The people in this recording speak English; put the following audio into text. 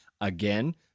again